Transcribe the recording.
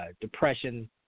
depression